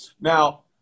Now